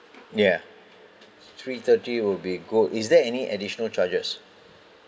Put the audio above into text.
ya three-thirty will be good is there any additional charges